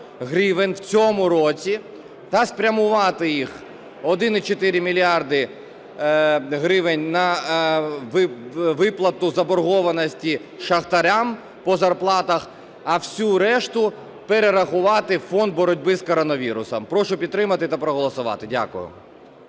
в цьому році та спрямувати їх, 1,4 мільярда гривень, на виплату заборгованості шахтарям по зарплатах, а всю решту перерахувати в Фонд боротьби з коронавірусом. Прошу підтримати та проголосувати. Дякую.